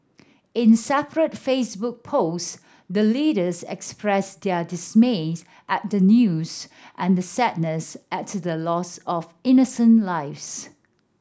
in separate Facebook posts the leaders expressed their dismays at the news and sadness at the loss of innocent lives